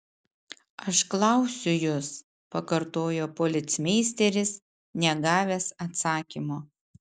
aš klausiu jus pakartojo policmeisteris negavęs atsakymo